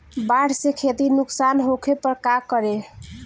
बाढ़ से खेती नुकसान होखे पर का करे?